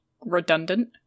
redundant